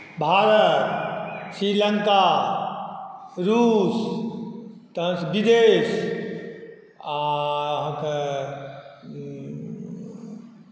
भारत श्रीलङ्का रूस तहन फेर विदेश आओर अहाँके